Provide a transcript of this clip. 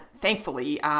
thankfully